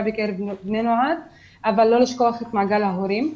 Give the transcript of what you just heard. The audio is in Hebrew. בקרב בני נוער אבל לא לשכוח את מעגל ההורים.